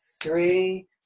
three